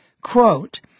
quote